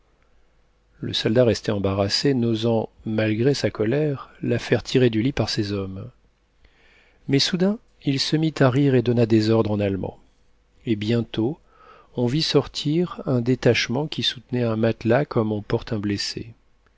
le soldat restait embarrassé n'osant malgré sa colère la faire tirer du lit par ses hommes mais soudain il se mit à rire et donna des ordres en allemand et bientôt on vit sortir un détachement qui soutenait un matelas comme on porte un blessé